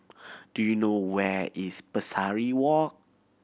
do you know where is Pesari Walk